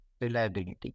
reliability